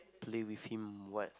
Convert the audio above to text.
play with him what